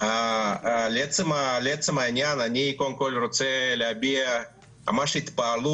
הצעה לסדר, זאת הצעה להסתייגות.